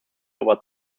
over